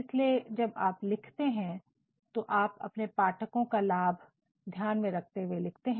इसलिए जब आप लिखते हैं तो आप अपने पाठकों का लाभ ध्यान में रखते हुए लिखते हैं